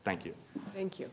thank you thank you